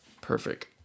perfect